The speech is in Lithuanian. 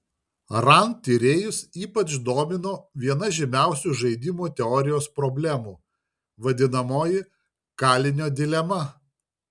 rand tyrėjus ypač domino viena žymiausių žaidimų teorijos problemų vadinamoji kalinio dilema